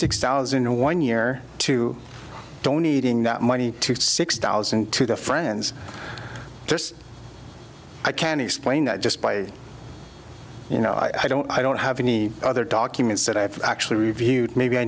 six dollars in one year to donating that money to six thousand to the friends i can explain that just by you know i don't i don't have any other documents that i've actually reviewed maybe i